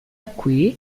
qui